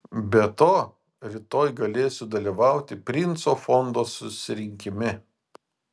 be to rytoj galėsiu dalyvauti princo fondo susirinkime